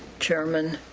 chairman,